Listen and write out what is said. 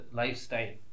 lifestyle